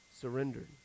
surrendered